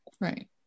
right